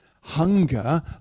hunger